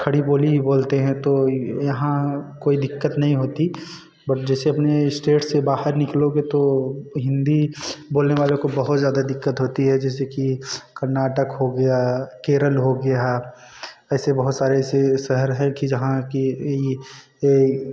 खड़ी बोली ही बोलते हैं तो यहाँ कोई दिक्कत नहीं होती बट जैसे अपने स्टेट से बाहर निकलोगे तो हिंदी बोलने वालों को बहुत ज़्यादा दिक्कत होती है जैसे कि कर्नाटक हो गया केरल हो गया वैसे बहुत सारे ऐसे शहर है कि जहाँ कि ई ए